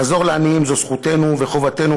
לעזור לעניים זאת זכותנו וחובתנו,